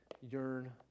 yearn